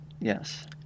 yes